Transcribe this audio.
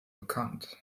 bekannt